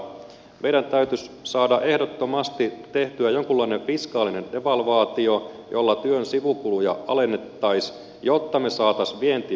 meidän täytyisi saada ehdottomasti tehtyä jonkinlainen fiskaalinen devalvaatio jolla työn sivukuluja alennettaisiin jotta me saisimme viennin vetämään